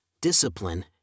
discipline